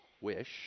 wish